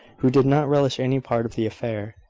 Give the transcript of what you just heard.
who did not relish any part of the affair.